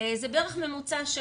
זה בערך ממוצע של,